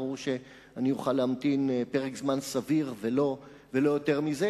ברור שאני אוכל להמתין פרק זמן סביר ולא יותר מזה.